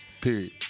Period